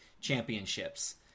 championships